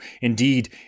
Indeed